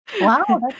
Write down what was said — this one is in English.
Wow